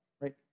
right